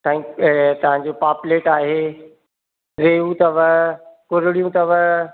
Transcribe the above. साईं तव्हांजो पापलेट आहे रेऊं अथव कुरड़ियूं अथव